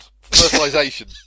Fertilisation